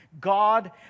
God